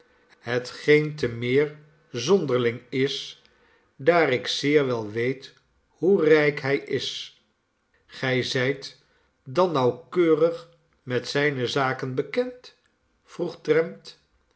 hetgeen te meer zonderling is daar ik zeer wel weet hoe rijk hij is gij zijt dan nauwkeurig met zijne zaken bekend vroeg trent